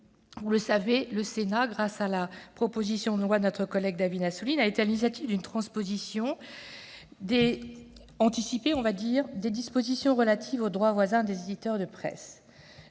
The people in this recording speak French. Vous le savez, le Sénat, grâce à la proposition de loi de notre collègue David Assouline, a été à l'initiative d'une transposition anticipée des dispositions de la directive Droit d'auteur relatives au droit voisin des éditeurs de presse.